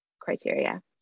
criteria